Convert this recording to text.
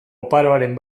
oparoaren